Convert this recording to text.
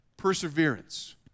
Perseverance